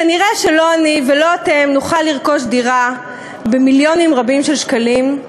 כנראה לא אני ולא אתם נוכל לרכוש דירה במיליונים רבים של שקלים,